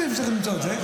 אפשר למצוא את זה,